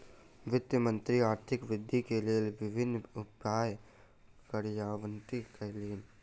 वित्त मंत्री आर्थिक वृद्धि के लेल विभिन्न उपाय कार्यान्वित कयलैन